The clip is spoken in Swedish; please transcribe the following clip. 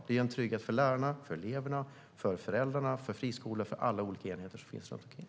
Det ger en trygghet för lärarna, för eleverna, för föräldrarna, för friskolorna och för alla olika enheter som finns runt omkring.